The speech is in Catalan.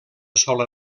sola